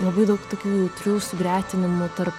labai daug tokių jautrių sugretinimų tarp